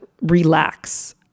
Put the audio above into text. relax